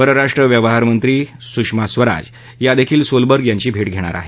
परराष्ट्र व्यवहार मंत्री सुषमा स्वराज या सोलबर्ग यांची भेट घेतील